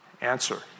Answer